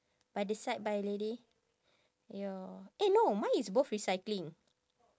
by the side by a lady ya eh no mine is both recycling